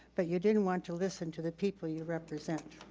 but you didn't want to listen to the people you represent.